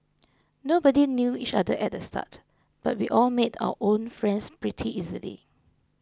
nobody knew each other at the start but we all made our own friends pretty easily